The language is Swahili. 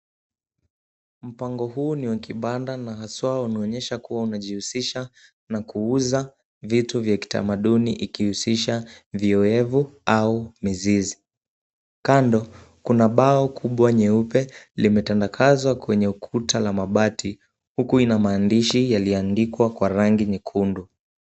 Mpango huu ni wa kibanda na haswa unaonyesha kuwa unajihusisha na kuuza vitu vya kitamaduni ikihusisha vioevu au mizizi. Kando kuna bao kubwa nyeupe limetandakazwa kwenye ukuta la mabati huku ina maandishi yaliyoandikwa kwa rangi nyekundu.